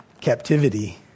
captivity